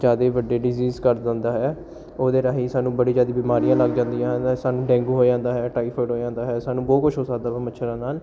ਜ਼ਿਆਦਾ ਵੱਡੇ ਡਿਜੀਜ਼ ਕਰ ਦਿੰਦਾ ਹੈ ਉਹਦੇ ਰਾਹੀਂ ਸਾਨੂੰ ਬੜੀ ਜ਼ਿਆਦੀ ਬਿਮਾਰੀਆਂ ਲੱਗ ਜਾਂਦੀਆਂ ਹਨ ਸਾਨੂੰ ਡੇਂਗੂ ਹੋ ਜਾਂਦਾ ਹੈ ਟਾਈਫਾਈਡ ਹੋ ਜਾਂਦਾ ਹੈ ਸਾਨੂੰ ਬਹੁਤ ਕੁਛ ਹੋ ਸਕਦਾ ਵਾ ਮੱਛਰਾਂ ਨਾਲ